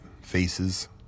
faces